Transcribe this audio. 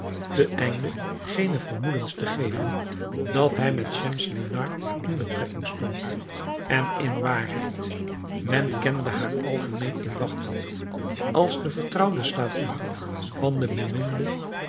ten einde geene vermoedens te geven dat hij met schemselnihar in betrekking stond en in waarheid men kende haar algemeen in bagdad als de vertrouwde slavin van de beminde